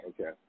Okay